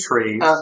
trees